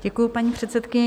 Děkuji, paní předsedkyně.